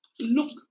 look